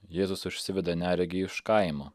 jėzus išsiveda neregį iš kaimo